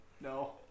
No